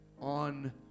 on